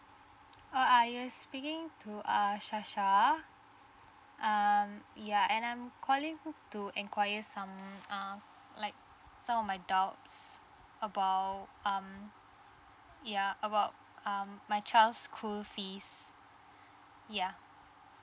uh ya you are speaking to uh shasha um ya and I'm calling to enquiries some um like some of my doubts about um ya about um my child's school fees yeah